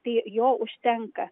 tai jo užtenka